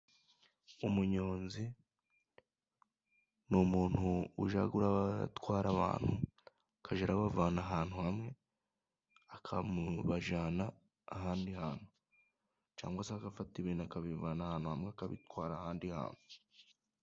Umunyonzi ni umuntu ujya uratwara abantu, akajya abavana ahantu hamwe, akabajyana ahandi hantu. Cyangwa se agafata ibintu akabivana ahantu hamwe, akabitwara ahandi hantu.